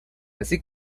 así